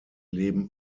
leben